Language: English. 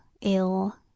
ill